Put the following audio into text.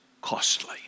costly